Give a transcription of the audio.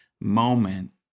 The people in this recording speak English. moment